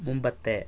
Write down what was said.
മുമ്പത്തെ